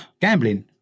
gambling